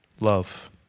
love